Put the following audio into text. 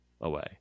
away